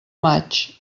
maig